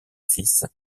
fils